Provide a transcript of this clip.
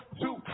two